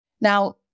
Now